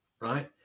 right